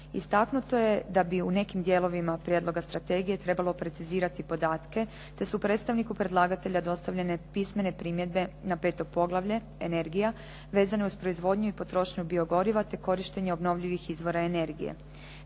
Istaknuto je da bi u nekim dijelovima prijedloga strategije trebalo precizirati podatke, te su predstavniku predlagatelja dostavljene pismene primjedbe na 5. poglavlje – Energija, vezanu uz proizvodnu i potrošnju bio goriva, te korištenju obnovljivih izvora energije.